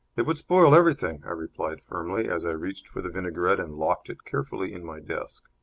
it would spoil everything, i replied, firmly, as i reached for the vinaigrette and locked it carefully in my desk.